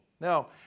Now